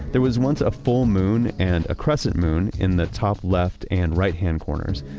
there was once a full moon and a crescent moon in the top left and right-hand corners.